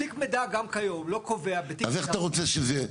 תיק מידע גם כיום לא קובע --- אז איך אתה רוצה שזה יהיה?